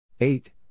eight